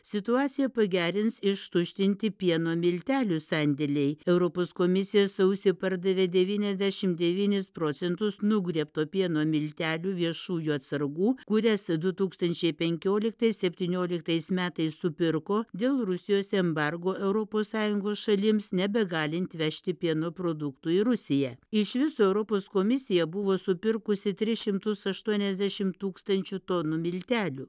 situaciją pagerins ištuštinti pieno miltelių sandėliai europos komisija sausį pardavė devyniasdešimt devynis procentus nugriebto pieno miltelių viešųjų atsargų kurias du tūkstančiai penkioliktais septynioliktais metais supirko dėl rusijos embargo europos sąjungos šalims nebegalint vežti pieno produktų į rusiją iš viso europos komisija buvo supirkusi tris šimtus aštuoniasdešimt tūkstančių tonų miltelių